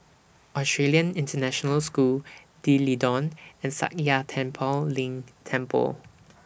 Australian International School D'Leedon and Sakya Tenphel Ling Temple